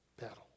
battle